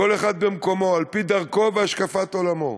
כל אחד במקומו, על-פי דרכו והשקפת עולמו,